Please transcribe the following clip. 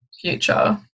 future